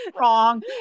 Wrong